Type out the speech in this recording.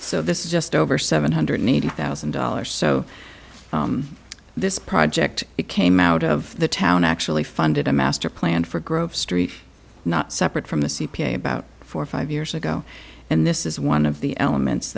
so this is just over seven hundred eighty thousand dollars so this project it came out of the town actually funded a master plan for grove street not separate from the c p a about four or five years ago and this is one of the elements